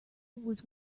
was